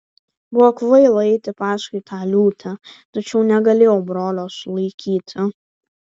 buvo kvaila eiti paskui tą liūtę tačiau negalėjau brolio sulaikyti